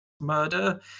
murder